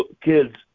kids